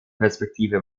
perspektive